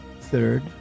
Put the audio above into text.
Third